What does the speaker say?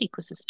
ecosystem